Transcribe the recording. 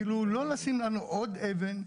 כאילו לא לשים לנו עוד אבן,